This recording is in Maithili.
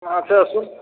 अच्छा सु